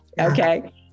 okay